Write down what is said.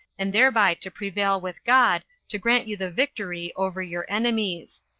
and thereby to prevail with god to grant you the victory over your enemies.